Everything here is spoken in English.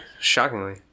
shockingly